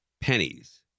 pennies